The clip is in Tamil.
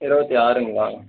இருபத்தி ஆறுங்களா